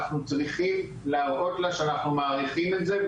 אנחנו צריכים להראות לה שאנחנו מעריכים את זה,